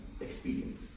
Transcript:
experience